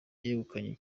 yegukanye